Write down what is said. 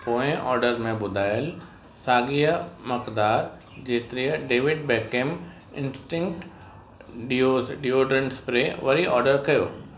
पोएं ऑडर में ॿुधायलु साॻीअ मक़दारु जेतिरीअ David Beckham instinct deos deodorant spray वरी ऑडर कयो